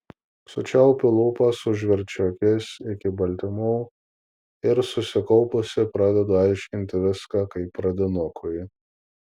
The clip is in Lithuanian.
sučiaupiu lūpas užverčiu akis iki baltymų ir susikaupusi pradedu aiškinti viską kaip pradinukui